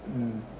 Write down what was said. mm